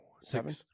Seven